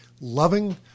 loving